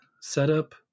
setup